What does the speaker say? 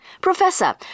Professor